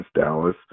Dallas